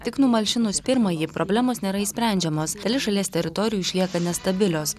tik numalšinus pirmąjį problemos nėra išsprendžiamos dalis šalies teritorijų išlieka nestabilios